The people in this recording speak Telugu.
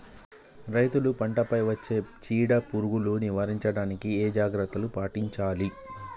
రైతులు పంట పై వచ్చే చీడ పురుగులు నివారించడానికి ఏ జాగ్రత్తలు పాటించాలి?